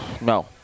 No